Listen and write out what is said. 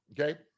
okay